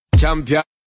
champion